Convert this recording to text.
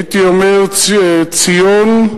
הייתי אומר: ציון,